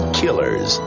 killers